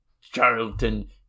Charlton